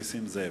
נסים זאב.